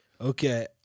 Okay